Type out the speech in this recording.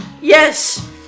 Yes